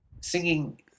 singing